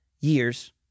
years